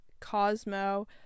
cosmo